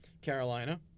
Carolina